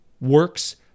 Works